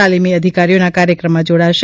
તાલીમી અધિકારીઓના કાર્યક્રમમાં જોડાશે